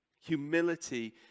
Humility